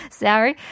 sorry